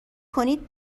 کنید